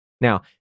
Now